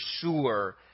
sure